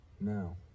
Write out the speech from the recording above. No